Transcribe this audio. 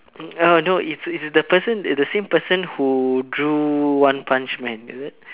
uh no it's it's the person the same person who drew One-Punch-Man is it